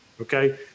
Okay